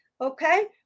okay